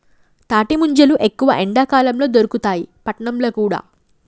తాటి ముంజలు ఎక్కువ ఎండాకాలం ల దొరుకుతాయి పట్నంల కూడా